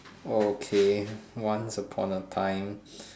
okay once upon a time